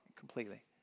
Completely